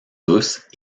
douces